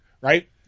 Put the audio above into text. Right